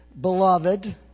Beloved